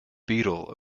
beetle